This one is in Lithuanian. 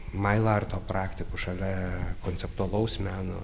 mailarto praktikų šalia konceptualaus meno